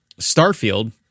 Starfield